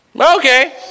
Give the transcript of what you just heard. Okay